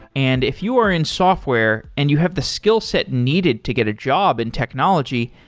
and if you are in software and you have the skillset needed to get a job in technology,